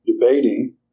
debating